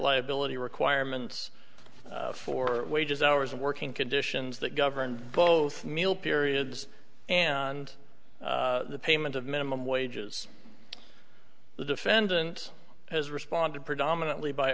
liability requirements for wages hours and working conditions that governed both meal periods and the payment of minimum wages the defendant has responded predominantly by